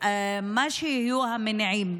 יהיו מה שיהיו המניעים,